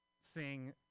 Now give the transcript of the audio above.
sing